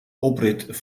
oprit